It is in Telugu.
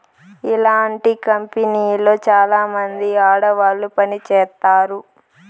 ఇలాంటి కంపెనీలో చాలామంది ఆడవాళ్లు పని చేత్తారు